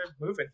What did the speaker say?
moving